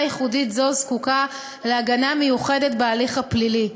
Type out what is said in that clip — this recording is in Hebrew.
ייחודית זו זקוקה להגנה מיוחדת בהליך הפלילי.